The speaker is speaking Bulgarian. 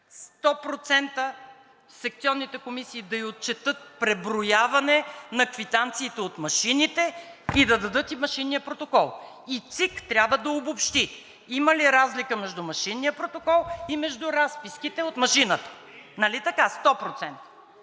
100% секционните комисии да ѝ отчетат преброяване на квитанциите от машините и да дадат и машинния протокол и ЦИК трябва да обобщи има ли разлика между машинния протокол и между разписките от машината, нали така, 100%